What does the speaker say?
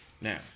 Now